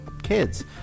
kids